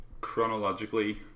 chronologically